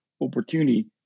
opportunity